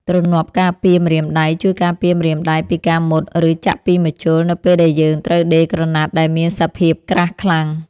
ទ្រនាប់ការពារម្រៀមដៃ ជួយការពារម្រាមដៃពីការមុត ឬចាក់ពីម្ជុលនៅពេលដែលយើងត្រូវដេរក្រណាត់ដែលមានសភាពក្រាស់ខ្លាំង។